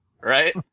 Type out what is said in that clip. Right